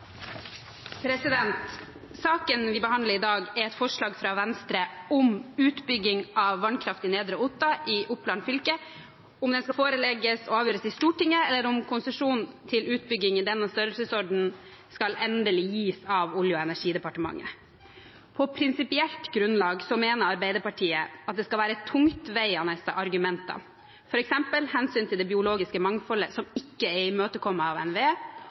bak. Saken vi behandler i dag, er et forslag fra Venstre om hvorvidt utbyggingen av vannkraft i Nedre Otta i Oppland fylke skal forelegges – og avgjøres i – Stortinget, eller om konsesjon til en utbygging i denne størrelsesorden skal endelig gis av Olje- og energidepartementet. På prinsipielt grunnlag mener Arbeiderpartiet at det skal være tungtveiende argumenter, f.eks. hensyn til det biologiske mangfoldet som ikke er imøtekommet av NVE,